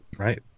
right